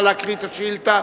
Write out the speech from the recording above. נא להקריא את השאילתא